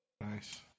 Nice